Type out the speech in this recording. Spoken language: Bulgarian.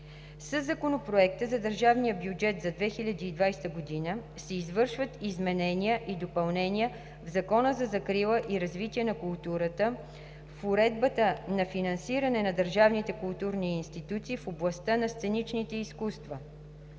Със Законопроекта за държавния бюджет за 2020 г. се извършват изменения и допълнения в Закона за закрила и развитие на културата в уредбата на финансиране на държавните културни институти в областта на сценичните изкуства.